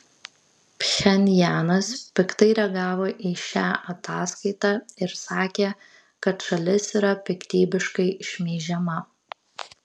pchenjanas piktai reagavo į šią ataskaitą ir sakė kad šalis yra piktybiškai šmeižiama